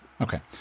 Okay